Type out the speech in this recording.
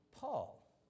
Paul